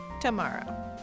tomorrow